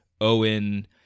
Owen